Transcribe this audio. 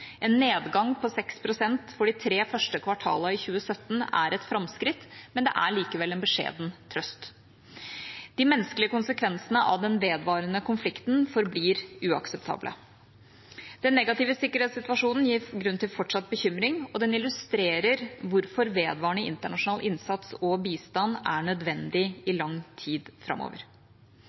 En nedgang på 6 pst. for de tre første kvartalene i 2017 er et framskritt, men det er likevel en beskjeden trøst. De menneskelige konsekvensene av den vedvarende konflikten forblir uakseptable. Den negative sikkerhetssituasjonen gir grunn til fortsatt bekymring, og den illustrerer hvorfor vedvarende internasjonal innsats og bistand er nødvendig i lang tid framover.